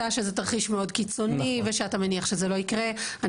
שזה תרחיש מאוד קיצוני ושאתה מניח שזה לא יקרה.